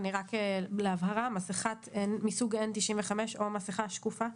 רק להבהרה, מסיכה מסוג N-95 או מסיכה שקופה?